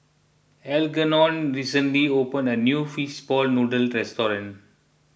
Algernon recently opened a new Fish Ball Noodles Restaurant